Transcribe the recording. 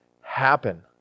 happen